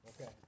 Okay